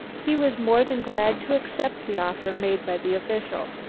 he was more than glad to accept the offer made by the official.